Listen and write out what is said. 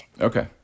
Okay